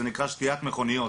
זה נקרא שתיית מכוניות,